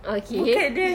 okay then